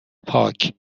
پاک